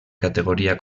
categoria